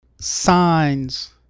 signs